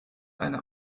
eine